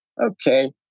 Okay